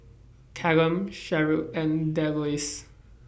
Callum Sherrill and Delois